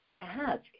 ask